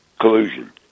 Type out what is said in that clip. collusion